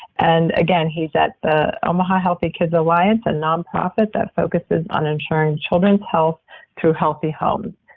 and again he's at the omaha healthy kids alliance, a nonprofit that focuses on ensuring children's health through healthy homes.